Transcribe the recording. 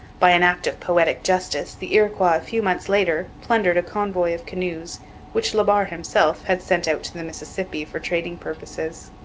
by an act of poetic justice the iroquois a few months later plundered a convoy of canoes which la barre himself had sent out to the mississippi for trading purposes.